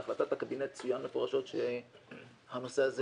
בהחלטת הקבינט צוין מפורשות שהנושא הזה